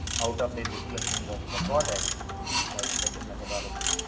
out of place displacement was recorded by speckle methodology,